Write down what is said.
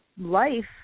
life